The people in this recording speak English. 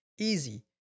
Easy